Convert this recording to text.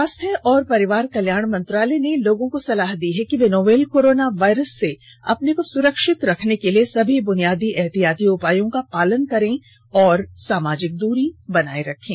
स्वास्थ्य और परिवार कल्याण मंत्रालय ने लोगों को सलाह दी है कि ये नोवल कोरोना वायरस से अपने को सुरक्षित रखने के लिए सभी बुनियादी एहतियाती उपायों का पालन करें और सामाजिक दूरी बनाए रखें